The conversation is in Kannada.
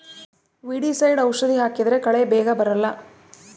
ವೀಡಿಸೈಡ್ ಔಷಧಿ ಹಾಕಿದ್ರೆ ಕಳೆ ಬೇಗ ಬರಲ್ಲ